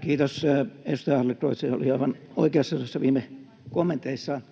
Kiitos. — Edustaja Adlercreutz oli aivan oikeassa noissa viime kommenteissaan.